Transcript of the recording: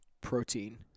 protein